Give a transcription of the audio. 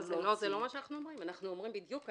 אנחנו אומרים בדיוק ההפך: